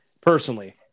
Personally